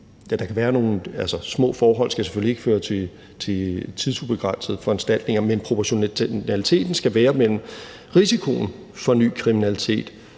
små forhold skal selvfølgelig ikke føre til tidsubegrænsede foranstaltninger, men proportionaliteten skal være mellem risikoen for ny kriminalitet